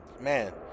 Man